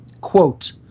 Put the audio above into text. quote